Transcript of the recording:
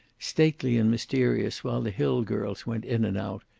stately and mysterious, while the hill girls went in and out,